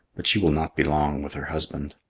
but she will not be long with her husband.